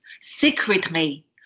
secretly